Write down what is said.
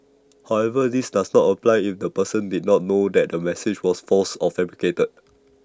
however this does not apply if the person did not know that the message was false or fabricated